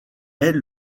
est